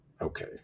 Okay